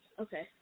Okay